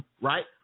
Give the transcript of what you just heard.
Right